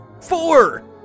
Four